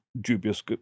dubious